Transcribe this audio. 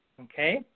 okay